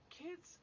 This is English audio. kids